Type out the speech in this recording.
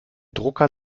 drucker